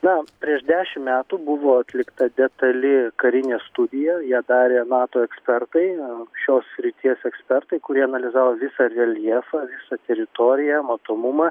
na prieš dešimt metų buvo atlikta detali karinė studija ją darė nato ekspertai šios srities ekspertai kurie analizavo visą reljefą visą teritoriją matomumą